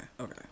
okay